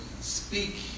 speak